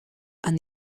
and